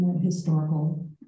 historical